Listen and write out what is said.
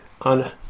on